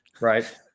right